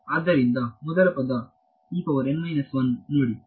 ಆದ್ದರಿಂದ ಮೊದಲ ಪದವನ್ನು ನೋಡಿ